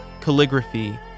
calligraphy